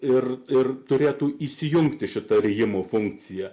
ir ir turėtų įsijungti šita rijimo funkcija